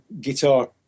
guitar